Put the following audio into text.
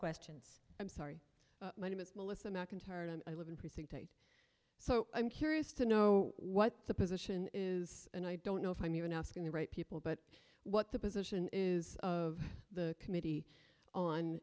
questions i'm sorry my name is melissa macintyre tim i live in precinct so i'm curious to know what the position is and i don't know if i'm even asking the right people but what the position is of the committee on